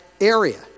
area